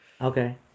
Okay